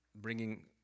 bringing